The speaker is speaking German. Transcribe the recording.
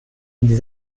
die